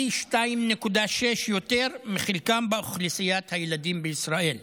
פי 2.6 מחלקם באוכלוסיית הילדים בישראל.